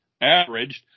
averaged